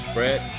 Brett